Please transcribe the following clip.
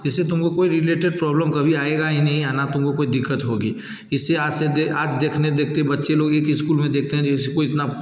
इससे तुमको कोई रीलेटेड प्रॉब्लम कभी आएगा ही नहीं और ना तुमको कोई दिक़्क़त होगी इससे आज से आज देखने देखते बच्चे लोग एक ही स्कूल में देखते हैं कि जिसको उतना